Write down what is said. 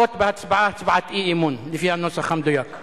סעיף 4, כולל ההסתייגויות, התקבל.